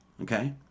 Okay